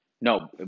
No